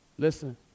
Listen